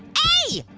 hey,